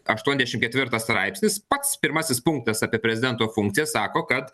aštuoniasdešim ketvirtas straipsnis pats pirmasis punktas apie prezidento funkcijas sako kad